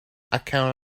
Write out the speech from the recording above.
account